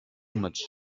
much